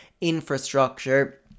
infrastructure